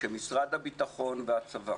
שמשרד הביטחון והצבא